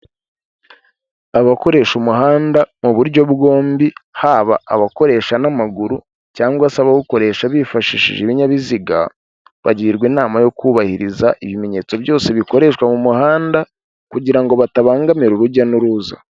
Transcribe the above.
Abakoresha umuhanda mu buryo bwombi haba abakoresha n'amaguru cyangwag se abawukoresha bifashishije ibinyabiziga, bagirwa inama yo kubahiriza ibimenyetso byose bikoreshwa mu muhanda kugirango batabangamira urujya n'uruza.